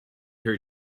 her